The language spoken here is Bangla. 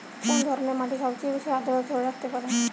কোন ধরনের মাটি সবচেয়ে বেশি আর্দ্রতা ধরে রাখতে পারে?